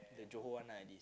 the Johor one lah at least